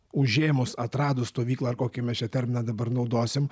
užėmus atradus stovyklą ar kokį mes čia terminą dabar naudosim